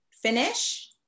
finish